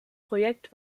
projekt